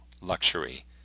luxury